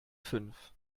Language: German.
fünf